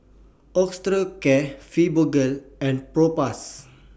Osteocare Fibogel and Propass